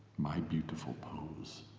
my beautiful pose,